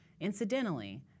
Incidentally